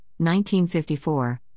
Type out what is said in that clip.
1954